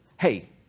Hey